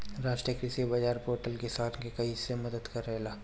राष्ट्रीय कृषि बाजार पोर्टल किसान के कइसे मदद करेला?